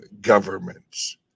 governments